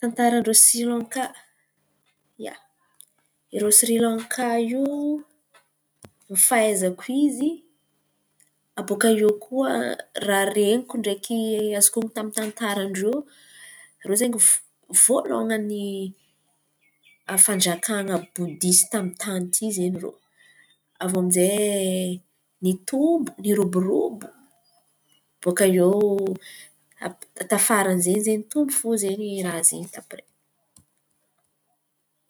Tantaran-drô Sri lankey, irô Sri lankey iô ny fahaizako izy, abaka iô koa raha ren̈iko ndraiky azoko honon̈o tamin'ny tantaran-drô, irô zen̈y v- voalôngan̈y fanjakana bodista amin'ny tan̈y ty zen̈y irô. Avô aminjay nitombo niroborobo baka eo, tafara zen̈y nitombo fô raha izen̈y ta-pre.